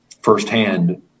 firsthand